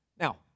Now